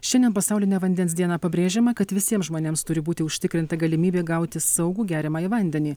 šiandien pasaulinę vandens dieną pabrėžiama kad visiems žmonėms turi būti užtikrinta galimybė gauti saugų geriamąjį vandenį